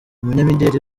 umunyamideri